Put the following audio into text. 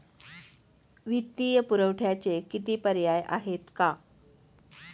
वित्तीय पुरवठ्याचे किती पर्याय आहेत का?